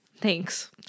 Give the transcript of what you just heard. thanks